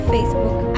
Facebook